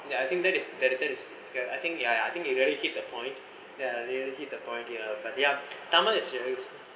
then I think that is that it is sc~ I think ya I think he very hit the point ya you hit the point there but they are tamil is you